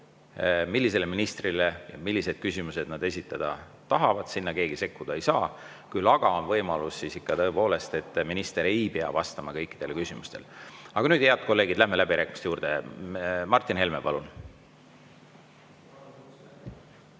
millisele ministrile milliseid küsimusi nad esitada tahavad. Sinna keegi sekkuda ei saa. Küll aga on võimalus tõepoolest, et minister ei pea vastama kõikidele küsimustele. Aga nüüd, head kolleegid, läheme läbirääkimiste juurde. Martin Helme, palun!